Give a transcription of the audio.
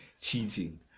cheating